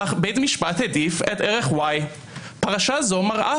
אך בית המשפט העדיף את ערך Y. פרשה זו מראה